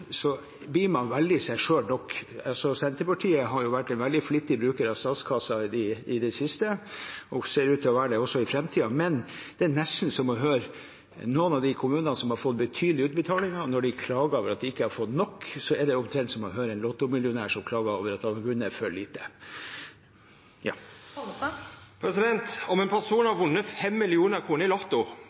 blir veldig seg selv nok. Senterpartiet har vært en veldig flittig bruker av statskassen i det siste og ser ut til å være det også i framtiden. Men når man hører noen av de kommunene som har fått betydelige utbetalinger, klage over at de ikke har fått nok, er det omtrent som å høre en Lotto-millionær klage over at han har vunnet for lite. Om ein person har vunne 5 mill. kr i lotto, er det faktisk ikkje greitt å ta 2 mill. kr av dei pengane og så seia at ein har